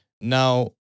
Now